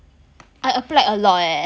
I applied a lot eh